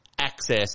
Access